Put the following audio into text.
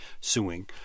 suing